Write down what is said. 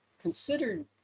considered